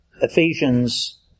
Ephesians